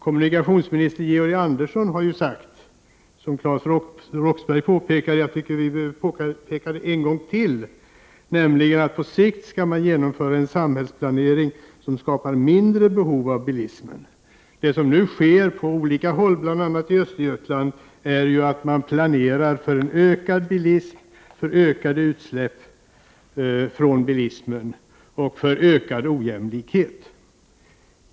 Kommunikationsminister Georg Andersson har sagt — vilket Claes Rox bergh påpekade, och jag tycker vi bör påpeka det en gång till — att man på sikt skall genomföra en samhällsplanering som skapar mindre behov av bilism. Det som nu sker på olika håll, bl.a. i Östergötland, är att man planerar för en ökad bilism, ökade utsläpp från bilismen och ökad ojämlikhet.